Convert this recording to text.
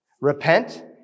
Repent